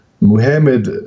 Muhammad